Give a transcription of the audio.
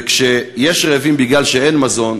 כשיש רעבים בגלל שאין מזון,